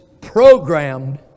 programmed